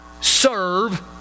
serve